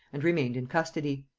and remained in custody.